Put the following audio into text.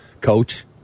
Coach